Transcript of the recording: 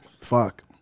Fuck